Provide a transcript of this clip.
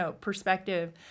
perspective